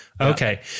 Okay